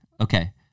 Okay